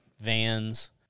vans